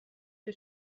que